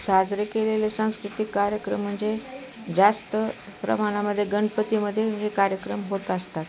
साजरे केलेले सांस्कृतिक कार्यक्रम म्हणजे जास्त प्रमाणामध्ये गणपतीमध्ये हे कार्यक्रम होत असतात